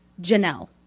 Janelle